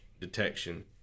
detection